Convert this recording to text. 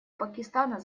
пакистана